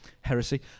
Heresy